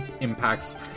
impacts